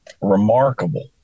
remarkable